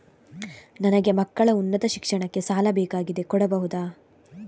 ನನಗೆ ಮಕ್ಕಳ ಉನ್ನತ ಶಿಕ್ಷಣಕ್ಕೆ ಸಾಲ ಬೇಕಾಗಿದೆ ಕೊಡಬಹುದ?